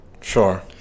Sure